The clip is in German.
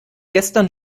gestern